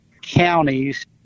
counties